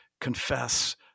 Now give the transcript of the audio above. confess